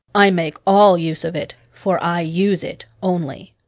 i make all use of it, for i use it only.